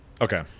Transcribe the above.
Okay